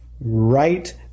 right